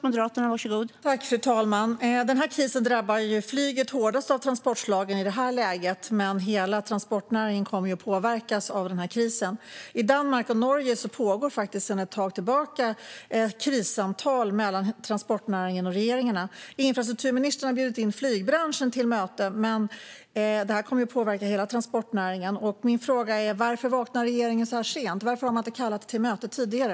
Fru talman! Krisen drabbar i det här läget flyget hårdast av transportslagen, men hela transportnäringen kommer att påverkas av den. I Danmark och Norge pågår sedan ett tag tillbaka krissamtal mellan transportnäringen och regeringarna. Infrastrukturministern har bjudit in flygbranschen till möte, men det här kommer ju att påverka hela transportnäringen. Min fråga är: Varför vaknar regeringen så här sent? Varför har man inte kallat till möte tidigare?